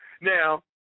Now